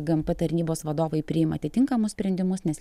gmp tarnybos vadovai priima atitinkamus sprendimus nes